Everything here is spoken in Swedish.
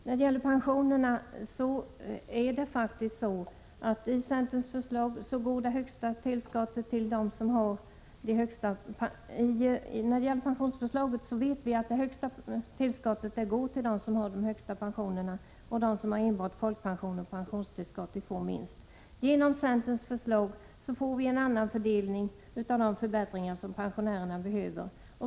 När det gäller pensionerna vet vi att de största höjningarna går till dem som har de högsta pensionerna och att de som har enbart folkpension och pensionstillskott får minst. Genom centerns förslag får vi en annan fördelning av de förbättringar som pensionärerna behöver.